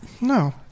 No